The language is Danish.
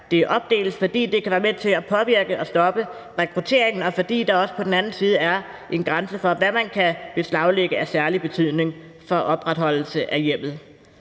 det opdeles, fordi det kan være med til at påvirke og stoppe rekrutteringen, og fordi der på den anden side også er en grænse for, hvad man kan beslaglægge af særlig betydning for opretholdelse af hjemmet.